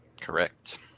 correct